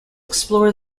explore